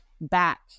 back